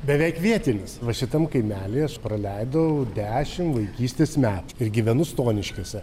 beveik vietinis va šitam kaimely aš praleidau dešim vaikystės metų ir gyvenu stoniškiuose